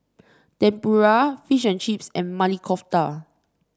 Tempura Fish and Chips and Maili Kofta